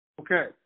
Okay